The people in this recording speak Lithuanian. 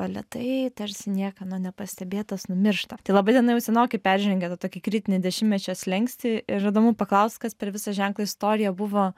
lėtai tarsi niekieno nepastebėtas numiršta tai laba diena jau senokai peržengė tą tokį kritinį dešimtmečio slenkstį ir įdomu paklaust kas per visą ženklo istoriją buvo